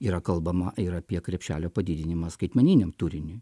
yra kalbama ir apie krepšelio padidinimą skaitmeniniam turiniui